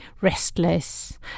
restless